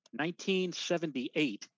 1978